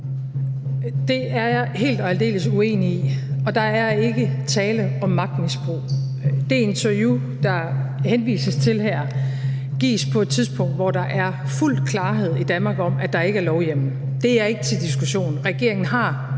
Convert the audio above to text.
Det er jeg helt og aldeles uenig i, og der er ikke tale om magtmisbrug. Det interview, der henvises til her, gives på et tidspunkt, hvor der er fuld klarhed i Danmark om, at der ikke er lovhjemmel. Det er ikke til diskussion. Regeringen har